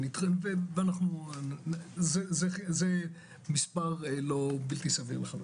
זה מספר בלתי-סביר לחלוטין.